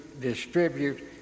distribute